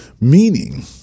Meaning